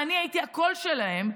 ואני הייתי הקול שלהם,